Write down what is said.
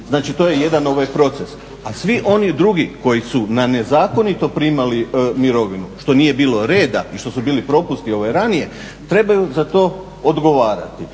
Znači to je jedan ovaj proces. A svi oni drugi koji su na nezakonito primali mirovinu, što nije bilo reda i što su bili propusti ove ranije, trebaju za to odgovarati.